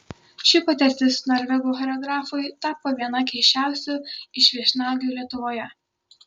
ši patirtis norvegų choreografui tapo viena keisčiausių iš viešnagių lietuvoje